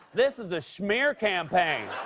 this is a schmear campaign.